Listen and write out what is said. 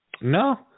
No